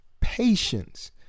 patience